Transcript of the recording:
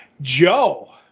Joe